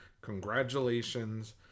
congratulations